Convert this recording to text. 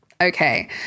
okay